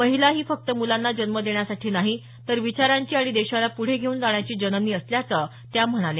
महिला ही फक्त मुलांना जन्म देण्यासाठी नाही तर विचारांची आणि देशाला पुढे घेऊन जाण्याची जननी असल्याचं त्या म्हणाल्या